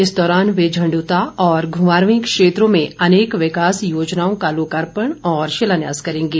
इस दौरान वे झण्ड्रता और घुमारवीं क्षेत्रों में अनेक विकास योजनाओं का लोकार्पण और शिलान्यास करेंगे